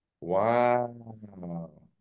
Wow